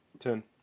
Ten